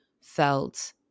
felt